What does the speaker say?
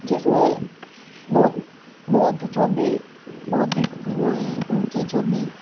जिसमें बहुत बहुत जो भी बौध भिक्षु हुए हैं उनकी जो भी